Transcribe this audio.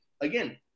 again